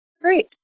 Great